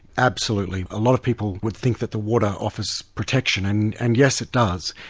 absolutely. a lot of people would think that the water offers protection, and and yes it does,